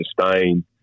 sustain